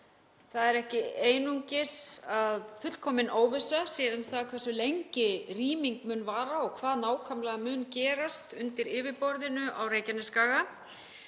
Það er ekki einungis að fullkomin óvissa sé um það hversu lengi rýming mun vara og hvað nákvæmlega mun gerast undir yfirborðinu á Reykjanesskaga